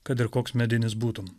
kad ir koks medinis būtum